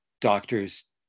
doctors